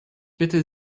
bitte